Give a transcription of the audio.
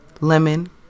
Lemon